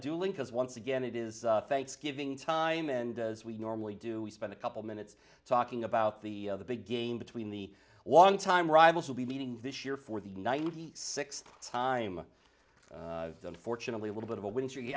dueling because once again it is thanksgiving time and as we normally do we spend a couple minutes talking about the big game between the one time rivals will be meeting this year for the ninety sixth time unfortunately a little bit of a winter